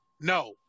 No